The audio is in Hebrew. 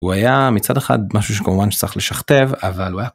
הוא היה מצד אחד משהו שכמובן שצריך לשכתב אבל הוא היה...